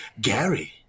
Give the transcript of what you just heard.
Gary